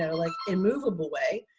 and like immovable way,